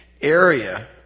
area